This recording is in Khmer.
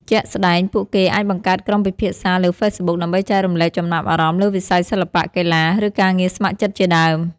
ជាក់ស្ដែងពួកគេអាចបង្កើតក្រុមពិភាក្សាលើ ហ្វេសប៊ុក ដើម្បីចែករំលែកចំណាប់អារម្មណ៍លើវិស័យសិល្បៈ កីឡា ឬការងារស្ម័គ្រចិត្តជាដើម។